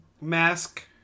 mask